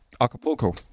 Acapulco